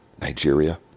Nigeria